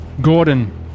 Gordon